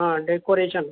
हा डेकोरेशन